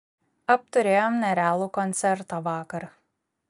apturėjom nerealų koncertą vakar